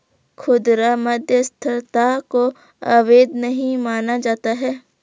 खुदरा मध्यस्थता को अवैध नहीं माना जाता है